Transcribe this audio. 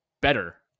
better